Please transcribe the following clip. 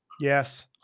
Yes